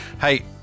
Hey